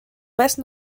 basse